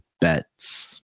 bets